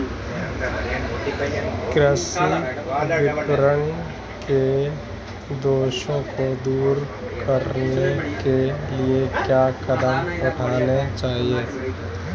कृषि विपणन के दोषों को दूर करने के लिए क्या कदम उठाने चाहिए?